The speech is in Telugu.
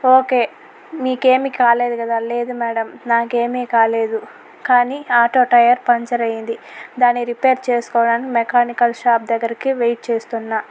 ఓకే మీకేమి కాలేదుగదా లేదు మ్యాడమ్ నాకేమీ కాలేదు కానీ ఆటో టైర్ పంచరయింది దాన్ని రిపేర్ చేసుకోడానికి మెకానికల్ షాప్ దగ్గరికి వెయిట్ చేస్తున్న